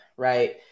Right